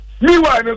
Meanwhile